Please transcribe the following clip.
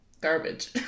garbage